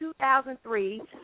2003